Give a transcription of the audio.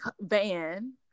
Van